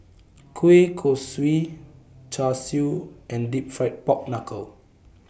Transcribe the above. Kueh Kosui Char Siu and Deep Fried Pork Knuckle